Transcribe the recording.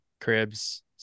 cribs